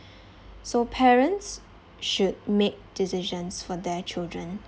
so parents should make decisions for their children